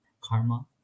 karma